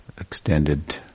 Extended